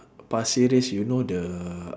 pasir ris you know the